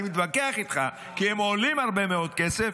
מתווכח איתך כי הם עולים הרבה מאוד כסף,